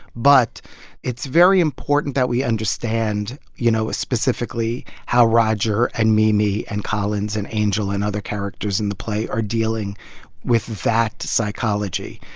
but it's very important that we understand, you know, specifically how roger and mimi and collins and angel and other characters in the play are dealing with that psychology.